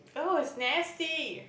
oh it's nasty